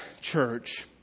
church